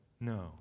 No